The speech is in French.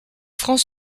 francs